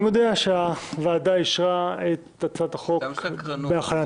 מודיע שהוועדה אישרה את הצעת החוק בהכנתה